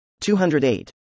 208